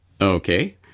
Okay